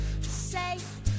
Safe